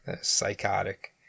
Psychotic